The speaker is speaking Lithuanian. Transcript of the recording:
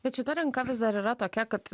bet šita rinka vis dar yra tokia kad